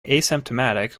asymptomatic